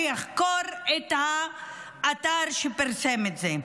שיחקור את האתר שפרסם את זה.